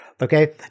Okay